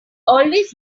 always